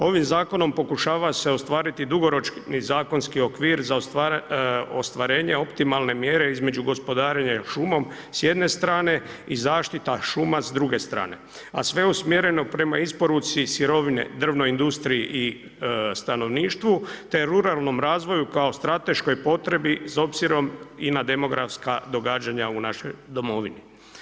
Ovim zakonom pokušava se ostvariti dugoročni zakonski okvir za ostvarenje optimalne mjere između gospodarenja šumom s jedne strane i zaštita šuma s druge strane, a sve usmjereno prema isporuci sirovine drvnoj industriji i stanovništvu te ruralnom razvoju kao strateškoj potrebi s obzirom i na demografska događanja u našoj domovini.